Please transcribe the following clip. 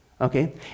Okay